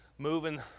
Moving